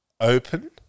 open